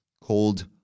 called